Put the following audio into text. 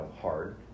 hard